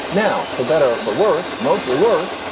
now, for better or for worse, mostly worse,